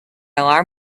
alarm